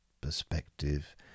perspective